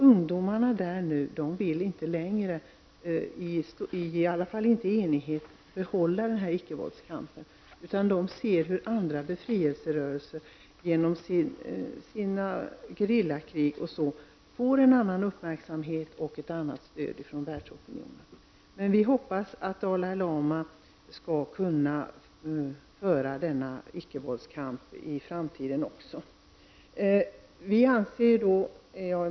Ungdomarna där är inte längre eniga om att fortsätta icke-vålds-kampen, utan de ser hur andra befrielserörelser genom sina gerillakrig får en annan uppmärksamhet och ett annat stöd från världsopinionen. Men vi hoppas att Dalai Lama även i framtiden skall kunna föra denna icke-vålds-kamp.